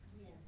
Yes